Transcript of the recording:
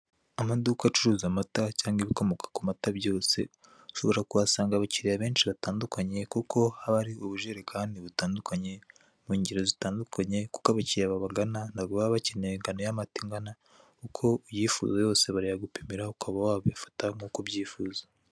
Amaduka acuruza amata cyangwa ibikomoka ku mata byose ushobora kuhasanga abakiriya benshi batandukanye kuko haba hari ubujerekani butandukanye mu ngiro zitandukanye kuko abakiriya babagana nago baba bakeneye ingano y'amata ingana uko uyifuza yose barayagupimira ukaba wabifata nkuko ubyifuza.